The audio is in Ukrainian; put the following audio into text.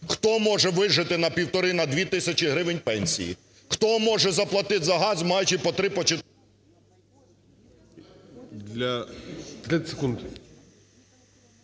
Хто може вижити на півтори, на дві тисячі гривень пенсії? Хто може заплатити за газ, маючи по три, по чотири…